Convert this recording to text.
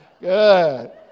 Good